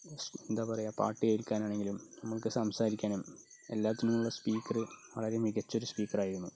എന്താ പറയുക പാട്ട് കേൾക്കാനാണെങ്കിലും നമുക്ക് സംസാരിക്കാനും എല്ലാറ്റിനുമുള്ള സ്പീക്കർ വളരെ മികച്ചൊരു സ്പീക്കറായിരുന്നു